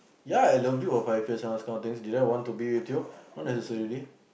ya I loved you those kind of things did I want to be with you not necessarily